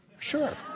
Sure